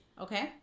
Okay